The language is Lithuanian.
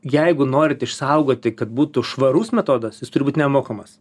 jeigu norit išsaugoti kad būtų švarus metodas jis turi būt nemokamas